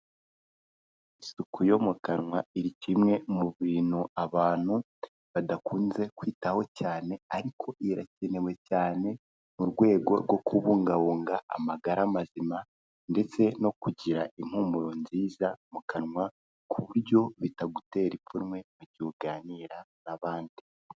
Isuku yo mu kanwa ni kimwe mu bintu abantu badakunze kwitaho cyane ariko irakenewe cyane mu rwego rwo kubungabunga amagara mazima ndetse no kugira impumuro nziza mu kanwa, ku buryo bitagutera ipfunwe mu gihe uganira n'abandi.